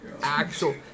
actual